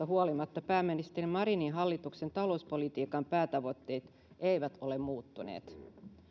huolimatta pääministeri marinin hallituksen talouspolitiikan päätavoitteet eivät ole muuttuneet